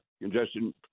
congestion